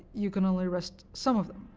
you can only arrest some of them.